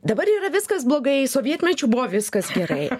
dabar yra viskas blogai sovietmečiu buvo viskas gerai